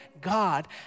God